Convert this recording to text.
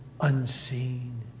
unseen